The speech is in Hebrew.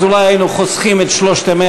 אז אולי היינו חוסכים את שלושת ימי